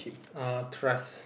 uh trust